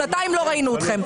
שנתיים לא ראינו אתכם.